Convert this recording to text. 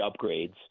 upgrades